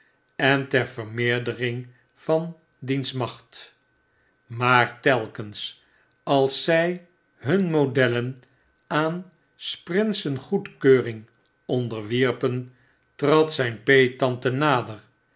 en ter vermeerdering van diens macht maar telkens als zfl hun modellen aan s prinsen goedkeuring onderwierpen trad zp peettante nader